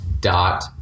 dot